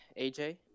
AJ